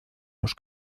los